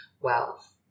wealth